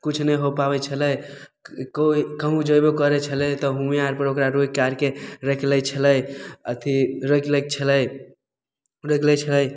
किछु नहि हो पाबैत छलै केओ कहुँ जेबो करै छलै तऽ हुएँ आरपर ओकरा रोइ कि आरके रखि लै छलै अथी रोकि लैक छलै रोकि लै छलै